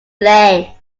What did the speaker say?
lay